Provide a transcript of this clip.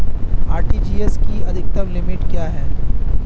RTGS की अधिकतम limit क्या है?